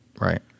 Right